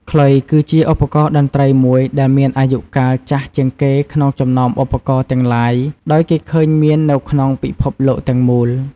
ខ្លុយគឺជាឧបករណ៍តន្ត្រីមួយដែលមានអាយុកាលចាស់ជាងគេក្នុងចំណោមឧបករណ៍ទាំងឡាយដោយគេឃើញមាននៅក្នុងពិភពលោកទាំងមូល។